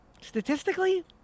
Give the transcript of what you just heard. statistically